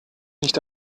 nicht